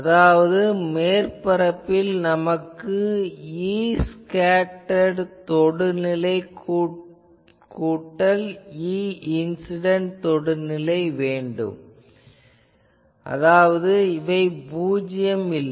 அதாவது மேற்பரப்பில் நமக்கு Escattered தொடுநிலை கூட்டல் Eincident தொடுநிலை வேண்டும் அதாவது இவை பூஜ்யம் இல்லை